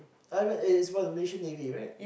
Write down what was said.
I mean it's about the Malaysian navy right